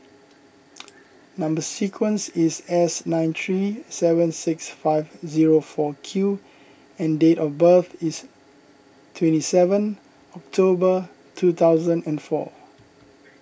Number Sequence is S nine three seven six five zero four Q and date of birth is twenty seven October two thousand and four